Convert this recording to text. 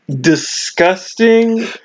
disgusting